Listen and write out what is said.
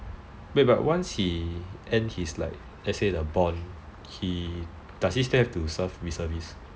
wait but once he end his bond does he still have to serve reservist